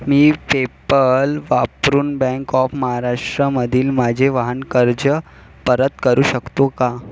मी PayPal वापरून bank of महाराष्ट्रमधील माझे वाहन कर्ज परत करू शकतो का